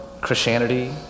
Christianity